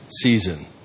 season